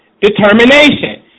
determination